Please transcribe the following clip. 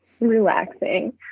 relaxing